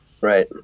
Right